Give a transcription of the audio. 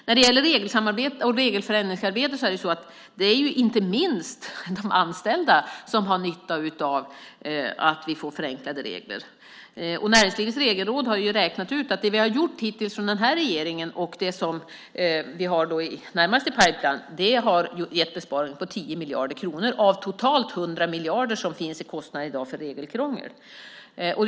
När det gäller regelförändringsarbetet är det inte minst de anställda som har nytta av att vi får förenklade regler. Näringslivets regelråd har räknat ut att det som den här regeringen hittills har gjort och det som vi har närmast i pipeline har gett besparingar på 10 miljarder kronor av totalt 100 miljarder som i dag finns i kostnader för regelkrångel.